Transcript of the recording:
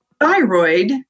thyroid